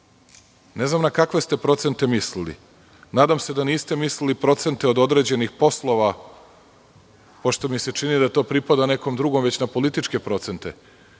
Ne znam na kakve ste procente mislili. Nadam se da niste mislili na procente od određenih poslova, pošto mi se čini da to pripada nekom drugom, već na političke procente.